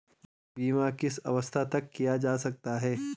बीमा किस अवस्था तक किया जा सकता है?